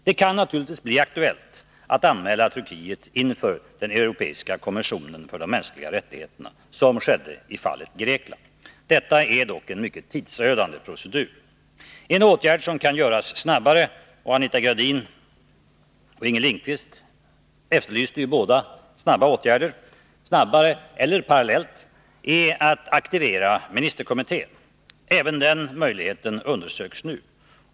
Det kan naturligtvis bli aktuellt att anmäla Turkiet inför den europeiska kommissionen för de mänskliga rättigheterna, såsom skedde i fallet Grekland. Detta är dock en mycket tidsödande procedur. En åtgärd som kan vidtas snabbare — Anita Gradin och Inger Lindquist efterlyste båda snabba åtgärder — är att aktivera ministerkommittén. Även den möjligheten undersöks nu.